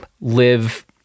live